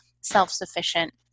self-sufficient